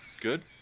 Good